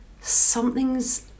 something's